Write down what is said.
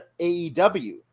AEW